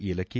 ಏಲಕ್ಕಿ